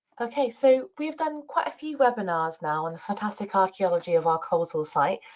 okay, so we have done quite a few webinars now on the fantastic archeology of our coleshill site.